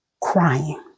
crying